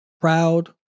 proud